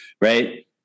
Right